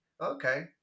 Okay